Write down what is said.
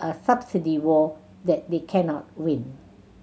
a subsidy war that they cannot win